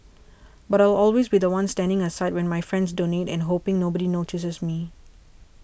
but I'll always be the one standing aside when my friends donate and hoping nobody notices me